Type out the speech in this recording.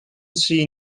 sea